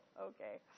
Okay